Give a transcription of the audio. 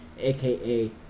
aka